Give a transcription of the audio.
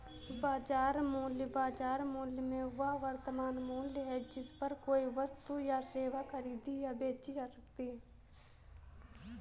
बाजार मूल्य, बाजार मूल्य में वह वर्तमान मूल्य है जिस पर कोई वस्तु या सेवा खरीदी या बेची जा सकती है